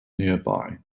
nearby